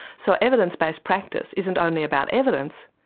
so evidence based practice isn't only about evidence,